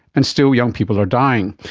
and still young people are dying.